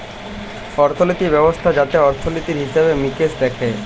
অর্থলিতি ব্যবস্থা যাতে অর্থলিতি, হিসেবে মিকেশ দ্যাখে